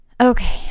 okay